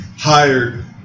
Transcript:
Hired